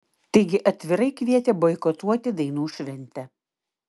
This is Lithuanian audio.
taigi atvirai kvietė boikotuoti dainų šventę